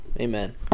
Amen